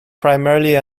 primarily